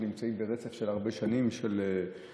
שנמצאים ברצף של הרבה שנים של משילות,